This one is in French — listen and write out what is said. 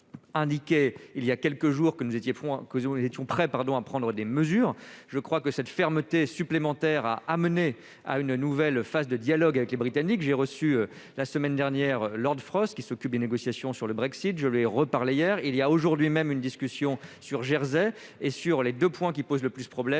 il y a quelques jours, que nous étions prêts à prendre des mesures. Cette fermeté supplémentaire a amené à une nouvelle phase de dialogue avec les Britanniques. J'ai reçu la semaine dernière Lord Frost, qui s'occupe des négociations sur le Brexit, et je lui ai de nouveau parlé hier. Aujourd'hui même a lieu une discussion portant sur les deux points qui posent le plus de problèmes